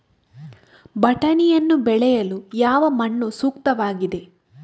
ಬಟಾಣಿಯನ್ನು ಬೆಳೆಯಲು ಯಾವ ಮಣ್ಣು ಸೂಕ್ತವಾಗಿದೆ?